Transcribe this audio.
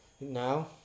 Now